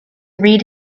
read